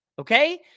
okay